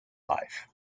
life